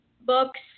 books